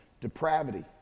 depravity